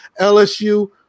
LSU